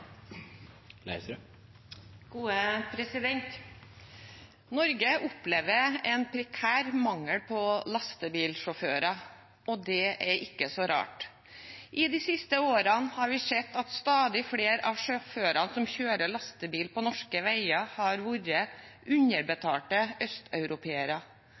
ikke så rart. I de siste årene har vi sett at stadig flere av sjåførene som kjører lastebil på norske veier, har vært underbetalte østeuropeere.